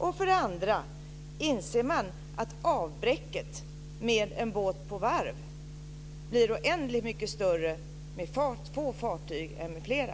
Jag vill också fråga: Inser man att avbräcket med en båt på varv blir oändligt mycket större med få fartyg än med flera?